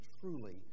truly